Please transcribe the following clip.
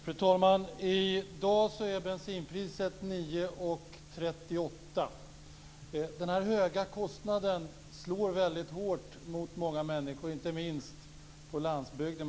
Fru talman! I dag är bensinpriset 9:38 kr per liter. Detta höga pris slår väldigt hårt mot många människor, inte minst på landsbygden.